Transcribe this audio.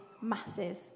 Massive